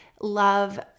love